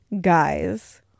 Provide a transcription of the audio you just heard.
Guys